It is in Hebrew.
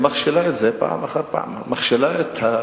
שלא לדבר על בעיות של יצירת מקומות